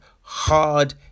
hard